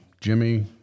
Jimmy